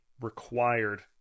required